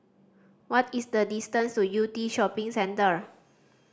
what is the distance to Yew Tee Shopping Centre